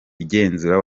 igenzura